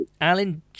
Alan